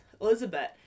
Elizabeth